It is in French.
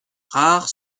rares